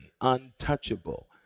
untouchable